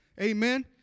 Amen